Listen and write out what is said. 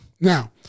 Now